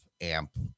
amp